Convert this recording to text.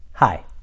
Hi